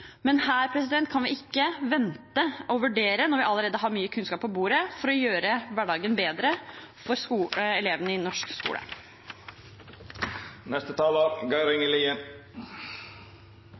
men her kan vi ikke vente med å vurdere når vi allerede har mye kunnskap på bordet for å gjøre hverdagen bedre for elevene i norsk skole.